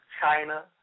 China